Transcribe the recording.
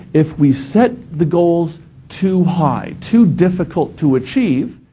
if we set the goals too high, too difficult to achieve,